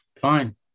fine